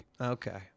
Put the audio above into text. Okay